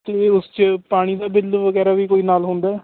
ਅਤੇ ਉਸ 'ਚ ਪਾਣੀ ਦਾ ਬਿੱਲ ਵਗੈਰਾ ਵੀ ਕੋਈ ਨਾਲ ਹੁੰਦਾ